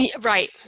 Right